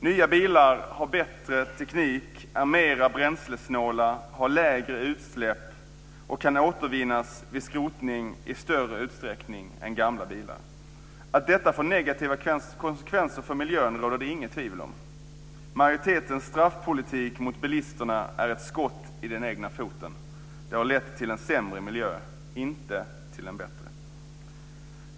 Nya bilar har bättre teknik, är mera bränslesnåla, har lägre utsläpp och kan återvinnas vid skrotning i större utsträckning än gamla bilar. Att detta får negativa konsekvenser för miljön råder det inget tvivel om. Majoritetens straffpolitik mot bilisterna är ett skott i den egna foten. Det har lett till en sämre miljö, inte till en bättre.